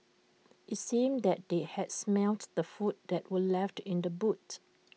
IT seemed that they had smelt the food that were left in the boot